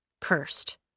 Cursed